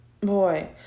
boy